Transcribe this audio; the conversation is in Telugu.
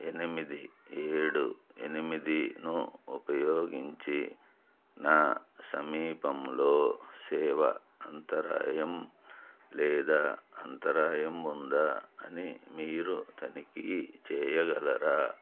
ఎనిమిది ఏడు ఎనిమిది ఉపయోగించి నా సమీపంలో సేవ అంతరాయం లేదా అంతరాయం ఉందా అని మీరు తనిఖీ చేయగలరా